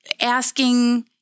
Asking